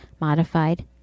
modified